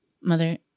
Mother